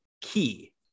Key